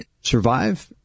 survive